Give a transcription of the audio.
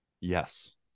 Yes